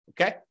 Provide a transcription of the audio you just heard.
Okay